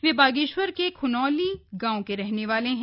वे बागेश्वर के ख्नौली गांव के रहने वाले हैं